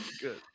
good